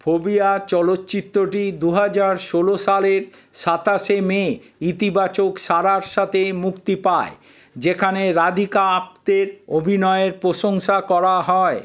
phobia চলচ্চিত্রটি দু হাজার ষোলো সালের সাতাশে মে ইতিবাচক সাড়ার সাথে মুক্তি পায় যেখানে রাধিকা আপ্তের অভিনয়ের প্রশংসা করা হয়